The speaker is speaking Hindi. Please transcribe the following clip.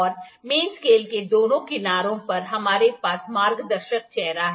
और मेन स्केल के दोनों किनारों पर हमारे पास मार्गदर्शक चेहरा है